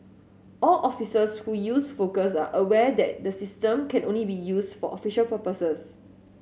all officers who use Focus are aware that the system can only be used for official purposes